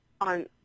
on